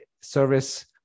service